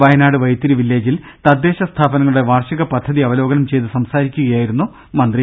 വയനാട് വൈത്തിരി വില്ലേജിൽ തദ്ദേശ സ്ഥാപനങ്ങളുടെ വാർഷിക പദ്ധതി അവലോകനം ചെയ്ത് സംസാരിക്കുകയായിരുന്നു മന്ത്രി